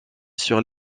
sur